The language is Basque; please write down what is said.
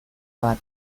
bat